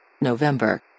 November